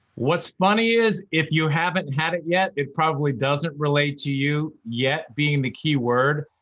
what's funny is, if you haven't had it yet, it probably doesn't relate to you yet, being the key word.